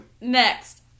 Next